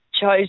chose